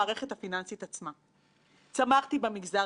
לקריסת נוטלי האשראי הגדולים ולהתפוררות הפירמידות.